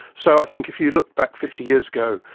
so i think if you look back fifty years ago,